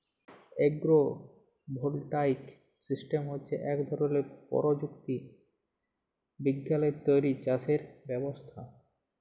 agro voltaic system হছে ইক ধরলের পরযুক্তি বিজ্ঞালে তৈরি চাষের ব্যবস্থা